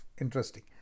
interesting